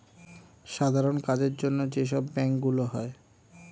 সাধারণ কাজের জন্য যে সব ব্যাংক গুলো হয়